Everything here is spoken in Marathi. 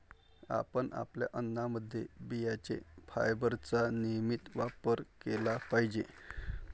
आपण आपल्या अन्नामध्ये बियांचे फायबरचा नियमित वापर केला पाहिजे